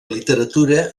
literatura